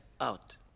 out